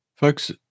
Folks